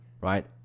right